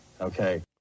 okay